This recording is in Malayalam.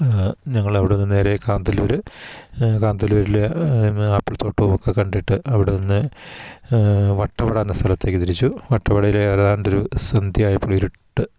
ഞങ്ങൾ അവിടുന്ന് നേരെ കാന്തല്ലൂർ കാന്തല്ലൂരിലെ ആപ്പിൾത്തോട്ടവും ഒക്കെ കണ്ടിട്ട് അവിടെ നിന്ന് വട്ടവട എന്ന സ്ഥലത്തേക്ക് തിരിച്ചു വട്ടവടയിൽ ഏതാണ്ടൊരു സന്ധ്യ ആയപ്പോൾ ഇരുട്ട്